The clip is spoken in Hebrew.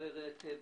מהכותרת בעיתון.